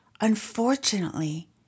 Unfortunately